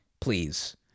please